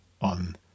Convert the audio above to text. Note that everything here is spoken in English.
on